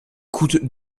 coûtent